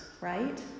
right